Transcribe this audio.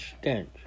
stench